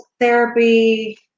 therapy